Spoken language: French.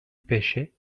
pêchait